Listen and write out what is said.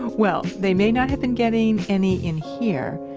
well, they may not have been getting any in here,